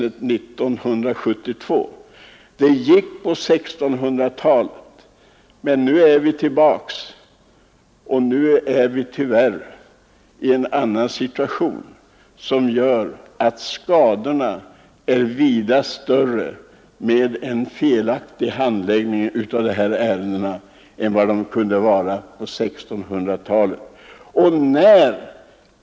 Det gick att ha rättslöshet på 1600-talet, men nu är vi tillbaka där, trots att vi nu befinner oss i en annan situation som gör att skadorna blir vida större av en felaktig behandling av sådana ärenden än vad de kunde vara på 1600-talet.